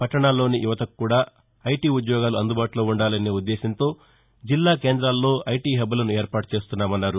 పట్టణాల్లోని యువతకు కూడా ఐటీ ఉద్యోగాలు అందుబాటులో ఉండాలనే ముఖ్యమంతి ఆలోచన మేరకు జిల్లా కేందాల్లో ఐటీ హబ్లను ఏర్పాటు చేస్తున్నామన్నారు